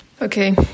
Okay